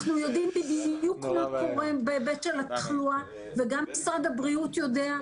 אנחנו יודעים בדיוק מה קורה בהיבט של התחלואה וגם משרד הבריאות יודע.